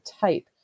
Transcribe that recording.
type